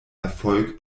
erfolg